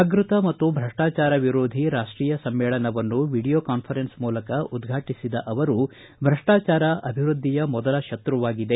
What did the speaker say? ಜಾಗೃತ ಮತ್ತು ಭ್ರಷ್ಟಾಚಾರ ವಿರೋಧಿ ರಾಷ್ವೀಯ ಸಮ್ಮೇಳನವನ್ನು ವಿಡಿಯೋ ಕಾನ್ವರೆನ್ಸ್ ಮೂಲಕ ಉದ್ಘಾಟಿಸಿದ ಅವರು ಭ್ರಷ್ಟಾಚಾರ ಅಭಿವೃದ್ದಿಯ ಮೊದಲ ಶತ್ರುವಾಗಿದೆ